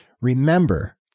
Remember